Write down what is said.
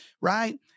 right